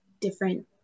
different